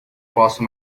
posso